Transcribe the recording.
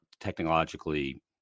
technologically